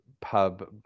pub